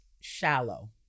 shallow